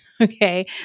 Okay